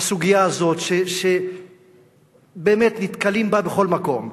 הסוגיה הזאת, שבאמת נתקלים בה בכל מקום.